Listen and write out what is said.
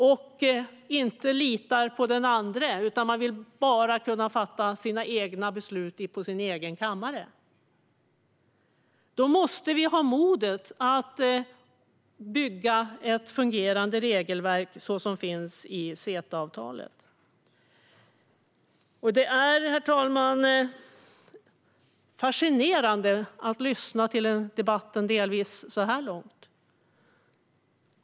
Man litar inte på den andre, utan man vill bara fatta egna beslut på sin egen kammare. Då måste vi ha modet att bygga ett fungerande regelverk såsom det som finns i CETA-avtalet. Herr talman! Det är fascinerande att lyssna till debatten så här långt.